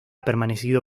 permanecido